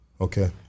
okay